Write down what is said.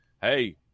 hey